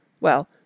Well